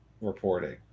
reporting